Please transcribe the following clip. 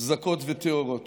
זכות וטהורות